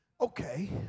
Okay